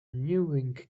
mewing